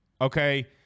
okay